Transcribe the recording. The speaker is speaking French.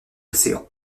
océan